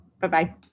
Bye-bye